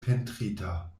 pentrita